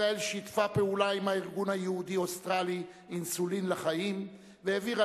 ישראל שיתפה פעולה עם הארגון היהודי-אוסטרלי "אינסולין לחיים" והעבירה